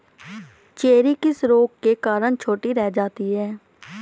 Cherry किस रोग के कारण छोटी रह जाती है?